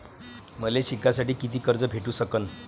मले शिकासाठी कितीक कर्ज भेटू सकन?